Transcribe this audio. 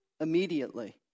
immediately